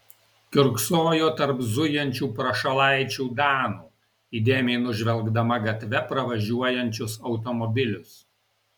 kiurksojo tarp zujančių prašalaičių danų įdėmiai nužvelgdama gatve pravažiuojančius automobilius